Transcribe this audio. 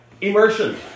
immersion